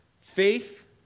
Faith